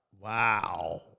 Wow